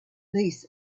leash